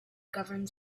governs